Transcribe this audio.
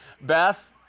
Beth